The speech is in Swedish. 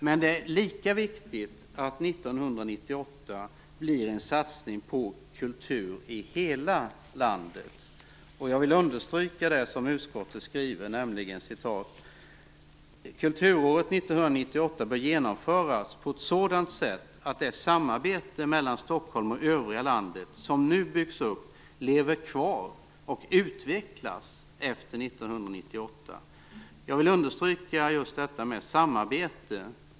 Med det är lika viktigt att 1998 blir en satsning på kultur i hela landet. Jag vill understryka det som utskottet skriver: "Kulturåret 1998 bör genomföras på ett sådant sätt att det samarbete mellan Stockholm och övriga landet som nu byggs upp lever kvar och utvecklas efter 1998." Jag vill understryka just detta med samarbete.